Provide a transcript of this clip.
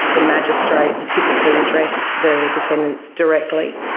the magistrates typically address the defendants directly,